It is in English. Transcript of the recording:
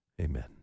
Amen